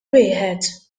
wieħed